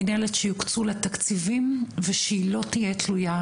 מנהלת שיוקצו לה תקציבים ושהיא לא תהיה תלויה,